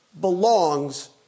belongs